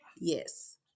yes